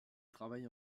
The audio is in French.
travaille